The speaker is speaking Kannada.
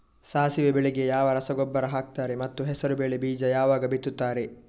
ಸಾಸಿವೆ ಬೆಳೆಗೆ ಯಾವ ರಸಗೊಬ್ಬರ ಹಾಕ್ತಾರೆ ಮತ್ತು ಹೆಸರುಬೇಳೆ ಬೀಜ ಯಾವಾಗ ಬಿತ್ತುತ್ತಾರೆ?